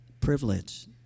privilege